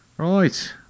Right